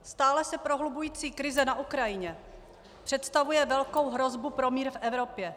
Stále se prohlubující krize na Ukrajině představuje velkou hrozbu pro mír v Evropě.